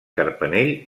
carpanell